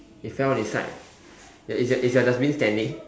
it fell on its side ya is your is your dustbin standing